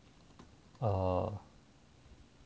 err